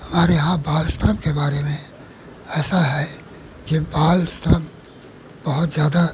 हमारे यहाँ बाल श्रम के बारे में ऐसा है यह बाल श्रम बहुत ज़्यादा